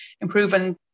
improving